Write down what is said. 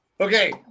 Okay